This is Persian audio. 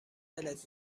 دلت